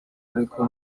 ariko